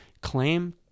claim